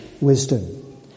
wisdom